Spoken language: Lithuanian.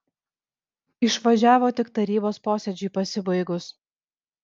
išvažiavo tik tarybos posėdžiui pasibaigus